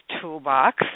toolbox